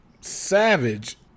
Savage